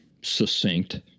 succinct